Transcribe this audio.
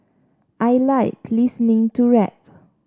I like listening to rap